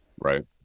Right